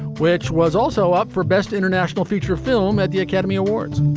which was also up for best international feature film at the academy awards.